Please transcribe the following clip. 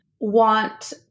want